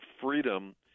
freedom